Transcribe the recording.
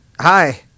hi